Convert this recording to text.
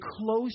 close